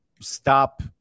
stop